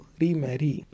remarry